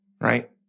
Right